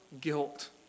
guilt